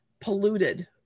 polluted